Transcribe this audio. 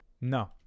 No